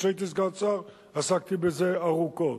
כשהייתי סגן שר עסקתי בזה ארוכות,